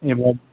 एबार